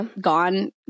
gone